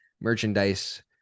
merchandise